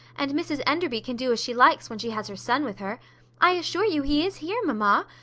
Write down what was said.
and mrs enderby can do as she likes when she has her son with her i assure you he is here, mamma.